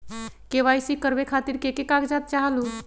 KYC करवे खातीर के के कागजात चाहलु?